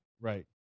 Right